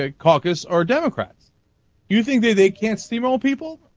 ah caucus are democrat using they they can seem old people